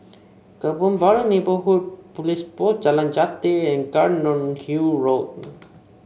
Kebun Baru Neighbourhood Police Post Jalan Jati and Cairnhill Road